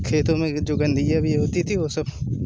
खेतो में जो गंदगियाँ भी होती थी वो सब